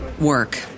work